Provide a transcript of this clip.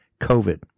COVID